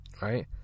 Right